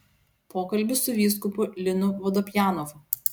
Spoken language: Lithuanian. pokalbis su vyskupu linu vodopjanovu